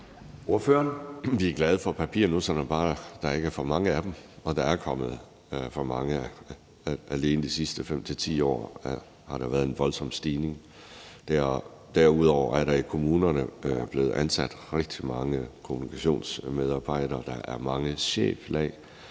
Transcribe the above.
Vi er glade for papirnussere, når bare der ikke er for mange af dem, og der er kommet for mange. Alene de sidste 5-10 år har der været en voldsom stigning. Derudover er der i kommunerne blevet ansat rigtig mange kommunikationsmedarbejdere, og der er mange cheflag,